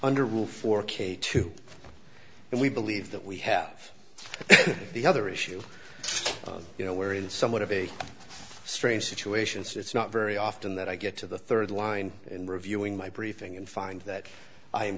under rule for k two and we believe that we have the other issue you know where in somewhat of a strange situations it's not very often that i get to the rd line in reviewing my briefing and find that i am